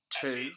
two